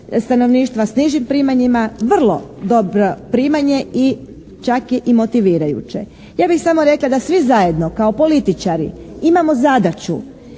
stanovništva sa nižim primanjima vrlo dobro primanje i čak je i motivirajuće. Ja bih samo rekla da svi zajedno kao političari imamo zadaću